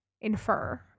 infer